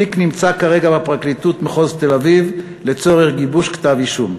התיק נמצא כרגע בפרקליטות מחוז תל-אביב לצורך גיבוש כתב-אישום.